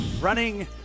running